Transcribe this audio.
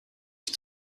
ich